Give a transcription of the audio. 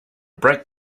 break